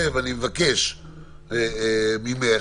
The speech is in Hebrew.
עוד פעם,